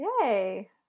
yay